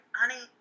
honey